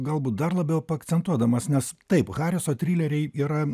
galbūt dar labiau pakcentuodamas nes taip hariso o trileriai yra